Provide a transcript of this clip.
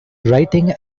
writing